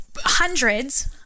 hundreds